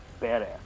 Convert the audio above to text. badass